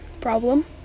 problem